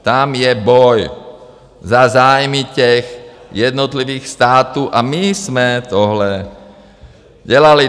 Tam je boj za zájmy těch jednotlivých států a my jsme tohle dělali.